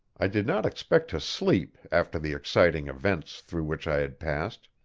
i did not expect to sleep after the exciting events through which i had passed